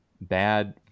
bad